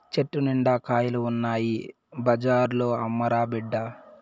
చెట్టు నిండా కాయలు ఉన్నాయి బజార్లో అమ్మురా బిడ్డా